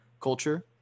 culture